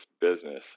business